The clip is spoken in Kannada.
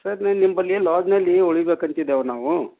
ಸರ್ ನಿಮ್ಮಲ್ಲಿ ಲಾಡ್ಜ್ನಲ್ಲಿ ಉಳಿಬೇಕು ಅಂತಿದ್ದೇವೆ ನಾವು